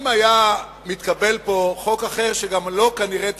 אם היה מתקבל פה חוק אחר, שגם לו כנראה תתנגדו,